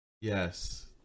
Yes